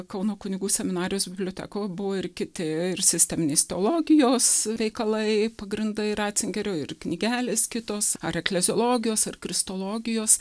kauno kunigų seminarijos bibliotekoj buvo ir kiti ir sisteminės teologijos veikalai pagrindai ratzingerio ir knygelės kitos ar ekleziologijos ar kristologijos